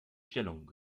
stellung